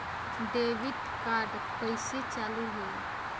Debit card कइसे चालू होई?